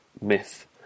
myth